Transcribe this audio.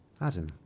Adam